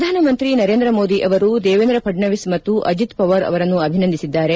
ಪ್ರಧಾನಮಂತ್ರಿ ನರೇಂದ್ರ ಮೋದಿ ಅವರು ದೇವೇಂದ್ರ ಫಡ್ನವೀಸ್ ಮತ್ತು ಅಜಿತ್ ಪವಾರ್ ಅವರನ್ನು ಅಭಿನಂದಿಸಿದ್ದಾರೆ